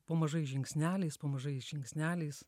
po mažais žingsneliais mažais žingsneliais